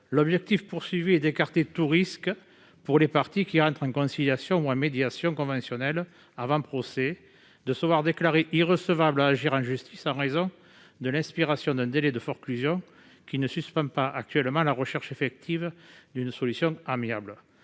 médiation. Il s'agit d'écarter tout risque pour les parties qui entrent en conciliation ou en médiation conventionnelle avant procès de se voir déclarer irrecevables à agir en justice en raison de l'expiration d'un délai de forclusion que ne suspend pas actuellement la recherche effective d'une solution amiable.